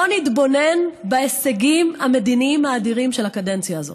בואו נתבונן בהישגים המדיניים האדירים בקדנציה הזאת.